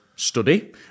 study